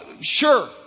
Sure